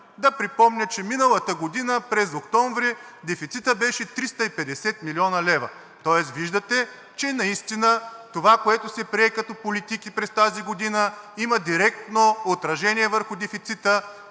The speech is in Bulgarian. Да припомня, че миналата година през октомври дефицитът беше 350 млн. лв. Тоест виждате, че наистина това, което се прие като политики през тази година, има директно отражение върху дефицита